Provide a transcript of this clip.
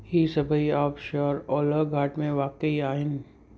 ही सभेई ऑबशोर ओलह घाटि में वाक़ई आहिनि